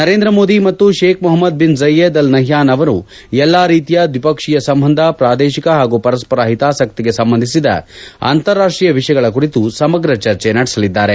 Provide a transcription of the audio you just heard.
ನರೇಂದ್ರ ಮೋದಿ ಮತ್ತು Sheikh Mohamed bin Zayed Al ನಪ್ನಾನ್ ಅವರು ಎಲ್ಲಾ ರೀತಿಯ ದ್ವಿಪಕ್ಷೀಯ ಸಂಬಂಧ ಪ್ರಾದೇಶಿಕ ಹಾಗೂ ಪರಸ್ಪರ ಹಿತಾಸಕ್ತಿಗೆ ಸಂಬಂಧಿಸಿದ ಅಂತಾರಾಷ್ಷೀಯ ವಿಷಯಗಳ ಕುರಿತು ಸಮಗ್ರ ಚರ್ಚೆ ನಡೆಸಲಿದ್ದಾರೆ